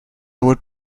would